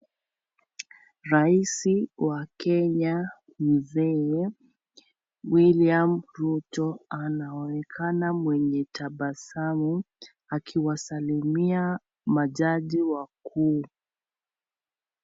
Raisi wa Kenya Mzee William Ruto anaonekana mwenye tabasamu akiwasalimia majaji wakuu.